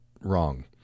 wrong